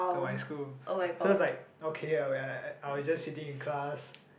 to my school cause like okay I would at at I would just sitting in class